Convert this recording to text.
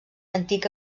antic